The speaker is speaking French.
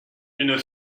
une